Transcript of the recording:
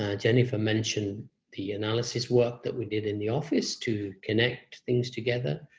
jennifer mentioned the analysis work that we did in the office to connect things together.